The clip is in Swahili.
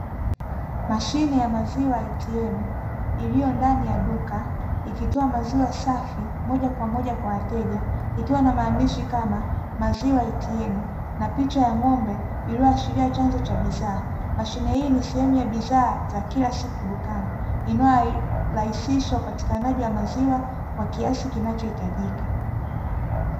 Mashine ya maziwa ya "ATM" iliyo ndani ya duka, ikitoa maziwa safi moja kwa moja kwa wateja, ikiwa na maandishi kama "maziwa ATM" na picha ya ng'ombe, iliyoashiria chanjo cha bidhaa. Mashine hii ni sehemu ya bidhaa ya kila siku dukani, inayorahisisha upatikanaji wa maziwa kwa kiasi kinachohitajika .